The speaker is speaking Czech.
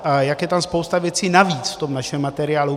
A jak je tam spousta věcí navíc, v tom našem materiálu.